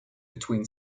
between